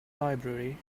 library